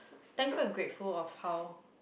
thankful and grateful of how